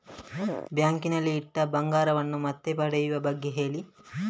bank ನಲ್ಲಿ ಇಟ್ಟ ಬಂಗಾರವನ್ನು ಮತ್ತೆ ಪಡೆಯುವ ಬಗ್ಗೆ ಹೇಳಿ